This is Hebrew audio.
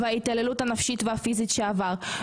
את ההתעללות הפיזית והנפשית שהוא עבר,